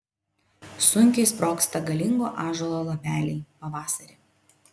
sunkiai sprogsta galingo ąžuolo lapeliai pavasarį